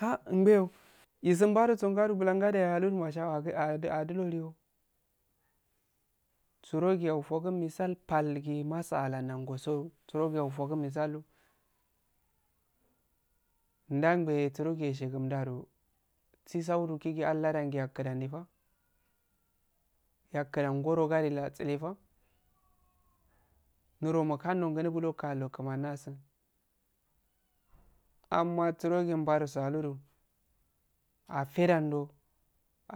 Ha humbeyo isumbadoso surogi yaufokun misal falgi masa alanangoso surogi ya fokun misalla nda humbeyo surogi eshimgum daro sisauro kigi alladan yakudannefa yakkadan ngoro gade latefa nyiro mokanno ngunubu lo kallo kumanasun amma surogi mbaro saludo afedando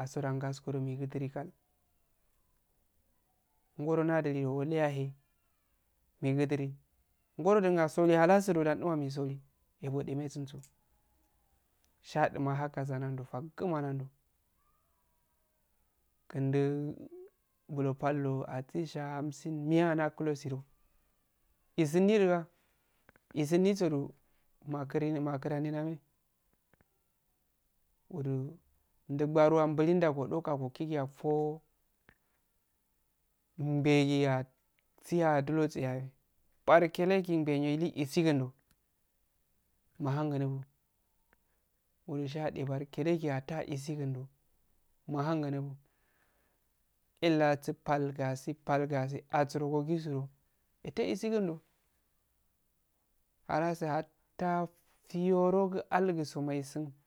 asodan gaskodo mikki lidi kal ngoro nadilio walle yahe migu dili ngoro dan a solu halasudo dan ema misolu ebodumesumdo shaduma hakaza nando fagguma nando kundu bulo fallo atu sha haamsin miya nakuloosido isinni aada isinni so do makudin makudano udu ndubaruwa mbulin da godako gokiyi afo mbegiha hasi aduloseyahe barkelegimbe ligi isiggundo mahun ngunbu mahan ngunubu illasifalgasi sifallgasi asurogo gisudo ete isigundo halasuha hatta fiyo rogu alguma isun